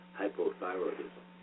hypothyroidism